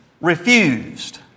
refused